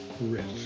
risk